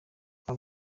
aba